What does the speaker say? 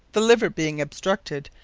the liver being obstructed,